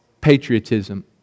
patriotism